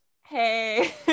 hey